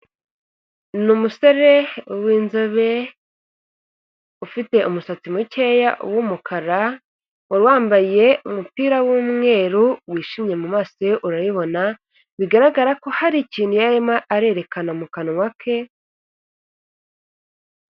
Ni umusore w'inzobe ufite umusatsi mukeya w'umukara, wari wambaye umupira w'umweru wijimye mu maso ye urabibona bigaragara ko hari ikintu yari arimo arerekana mu kanwa ke.